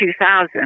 2000